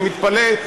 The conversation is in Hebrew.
אני מתפלא,